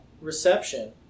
reception